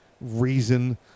reason